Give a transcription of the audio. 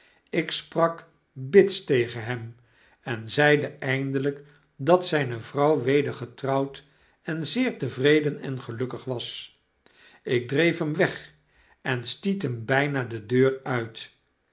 ik sprak bits tegen hem en zeide eindelijk dat zyne vrouw weder getrouwd en zeer tevreden en gelukkig was ik dreef hem weg en stiet hem bpa de deur uit